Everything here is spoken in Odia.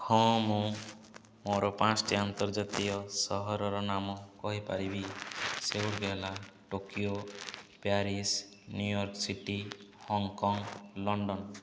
ହଁ ମୁଁ ମୋର ପାଞ୍ଚଟି ଆନ୍ତର୍ଜାତୀୟ ସହରର ନାମ କହିପାରିବି ସେଗୁଡ଼ିକ ହେଲା Tokyo Paris New York city Hong Kong London